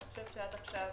עד עכשיו